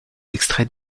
extraits